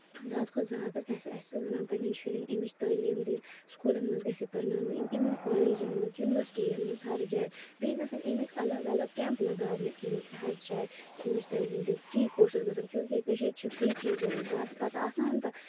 زیادٕ کھۄتہٕ زیادٕ گژھِ اَسہِ پَنٕنین شُرین اَمِچ تعلیٖم دِنۍ سکوٗلن منٛز گژھِ پرناونہٕ یِنۍ اِون کالیجن منٛز یُنورسٹین منٛز ہر جایہِ بیٚیہِ گژھن اَمیِکۍ اَلگ اَلگ کیمپ لگاونہٕ یِنۍ کہِ ہر جایہِ اَمِچ تعلیٖم دِنۍ فری کورسٔز گژھن کیوں کہِ کٔشیٖر چھِ چیٖزَن زیادٕ پَتہٕ آسان